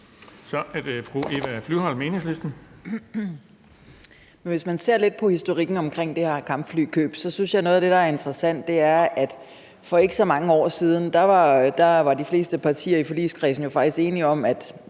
Kl. 16:31 Eva Flyvholm (EL): Men hvis man ser lidt på historikken omkring det her kampflykøb, synes jeg, at noget af det, der er interessant, er, at for ikke så mange år siden var de fleste partier i forligskredsen jo faktisk enige om, at